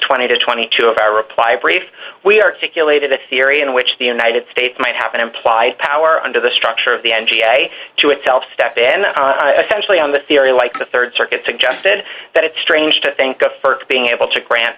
twenty to twenty two of our reply brief we articulated a theory in which the united states might have an implied power under the structure of the n p a to itself step in especially on the theory like the rd circuit suggested that it's strange to think of st being able to grant